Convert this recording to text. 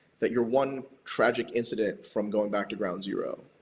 that you're one tragic incident from going back to ground zero.